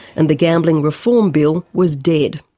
and the gambling reform bill was dead.